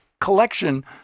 collection